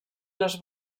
les